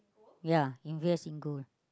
ya invest in gold